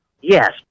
Yes